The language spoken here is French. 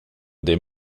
des